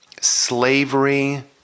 slavery